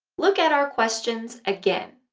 look at our questions again